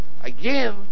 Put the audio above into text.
Again